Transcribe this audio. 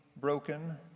broken